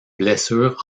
blessure